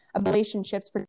relationships